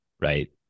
Right